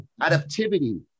Adaptivity